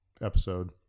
episode